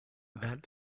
that